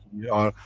we are,